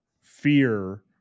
fear